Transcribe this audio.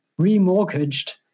remortgaged